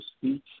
speech